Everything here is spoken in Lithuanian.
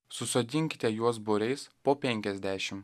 susodinkite juos būriais po penkiasdešim